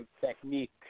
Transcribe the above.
technique